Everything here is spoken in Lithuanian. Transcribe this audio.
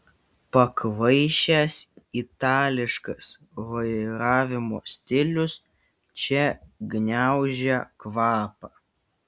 pakvaišęs itališkas vairavimo stilius čia gniaužia kvapą